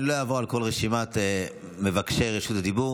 אני לא אעבור על כל רשימת מבקשי רשות הדיבור.